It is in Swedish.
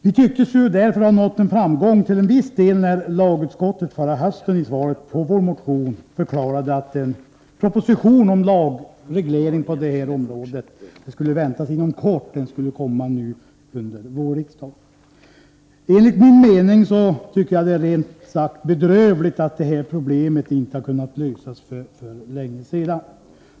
Vi tyckte oss ha nått en viss framgång när lagutskottet förra hösten som svar på vår motion förklarade att en proposition om lagreglering på detta område skulle väntas inom kort. Den skulle komma under våren. Enligt min mening är det rent ut sagt bedrövligt att det här problemet inte har kunnat lösas för länge sedan.